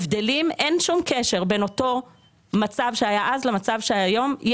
אין שום קשר בין אותו מצב שהיה אז למצב של היום.